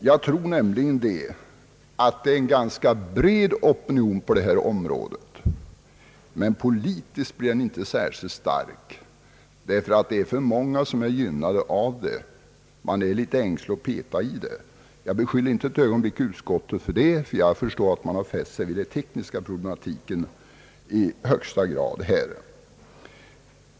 Jag tror nämligen att det finns en ganska bred opinion på detta område. Men politiskt är den inte särskilt stark, eftersom så många är gynnade av gällande bestämmelser. Man är litet ängslig för att peta i det hela, och jag riktar inte ett ögonblick någon beskyllning mot utskottet för denna försiktighet. Jag förstår att man fäst sig vid den tekniska problematiken i högsta grad.